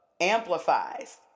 amplifies